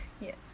Yes